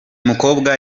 mukobwa